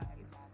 eyes